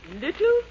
Little